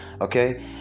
Okay